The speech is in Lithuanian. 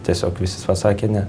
tiesiog visi pasakė ne